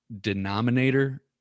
denominator